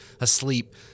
asleep